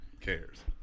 cares